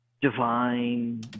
divine